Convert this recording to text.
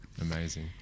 Amazing